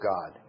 God